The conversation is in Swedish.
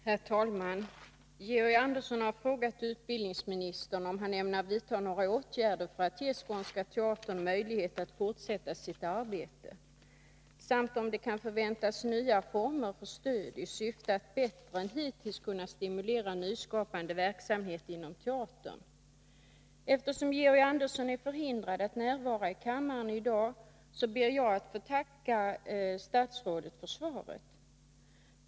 Herr talman! Georg Andersson har frågat utbildningsministern om han ämnar vidta några åtgärder för att ge Skånska Teatern möjlighet att fortsätta sitt arbete samt om det kan förväntas nya former för stöd i syfte att bättre än hittills kunna stimulera nyskapande verksamhet inom teatern. Eftersom Georg Andersson är förhindrad att närvara i kammaren i dag, ber jag att få tacka statsrådet för svaret.